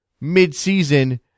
mid-season